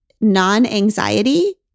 non-anxiety